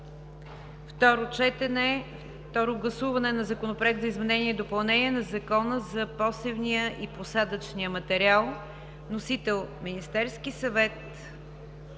2017 г. 2. Второ гласуване на Законопроекта за изменение и допълнение на Закона за посевния и посадъчния материал. Вносител е Министерският съвет